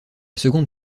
seconde